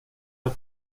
del